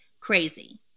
crazy